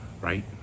right